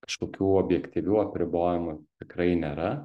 kažkokių objektyvių apribojimų tikrai nėra